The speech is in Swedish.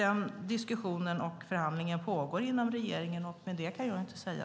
Den diskussionen och förhandlingen pågår inom regeringen. Mycket mer än så kan jag inte säga.